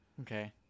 Okay